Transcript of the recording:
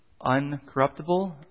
uncorruptible